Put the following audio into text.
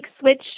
switch